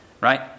right